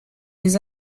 les